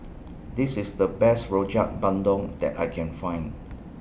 This IS The Best Rojak Bandung that I Can Find